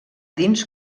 dins